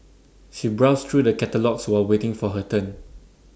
she browsed through the catalogues while waiting for her turn